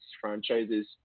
franchises